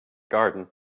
garden